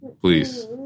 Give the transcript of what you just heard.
please